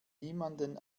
niemanden